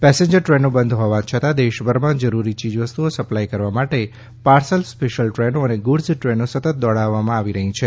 passenger ટ્રેનો બંધ હોવા છતાં દેશભરમાં જરૂરી ચીજવસ્તુઓ સપ્લાય કરવા માટે પાર્સલ સ્પેશ્યલ ટ્રેનો અને ગુડ્ઝ ટ્રેનો સતત દોડાવવામાં આવી રહી છે